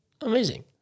amazing